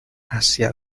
hacia